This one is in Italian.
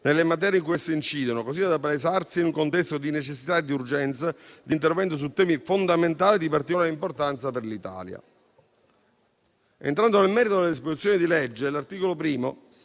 nelle materie in cui esse incidono, così da palesarsi in un contesto di necessità e urgenza di intervento su temi fondamentali e di particolare importanza per l'Italia. Entrando nel merito delle disposizioni di legge, l'articolo 1